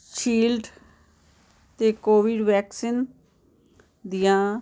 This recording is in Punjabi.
ਸੀਲਡ ਅਤੇ ਕੋਵਿਡ ਵੈਕਸੀਨ ਦੀਆਂ